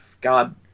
God